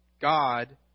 God